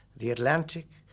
the atlantic,